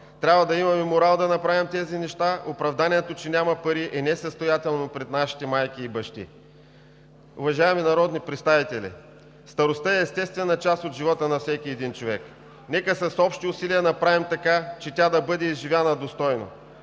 Трябва да имаме морал да направим тези неща. Оправданието, че няма пари, е несъстоятелно пред нашите майки и бащи. Уважаеми народни представители, старостта е естествена част от живота на всеки един човек. Нека с общи усилия направим така, че тя да бъде изживяна достойно.